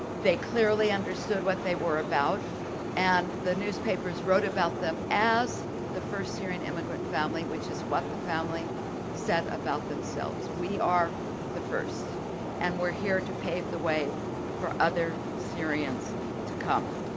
they clearly understood what they were about and the newspapers wrote about them as the first syrian immigrant family, which is what the family said about themselves. we are the first and we're here to pave the way for other syrians to come.